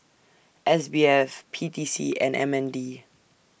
S B F P T C and M N D